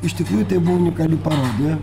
iš tikrųjų tai buvo unikali parodija